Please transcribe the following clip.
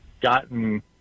gotten